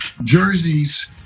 jerseys